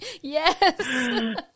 yes